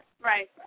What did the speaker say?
right